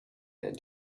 that